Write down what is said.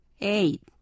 eight